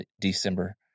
December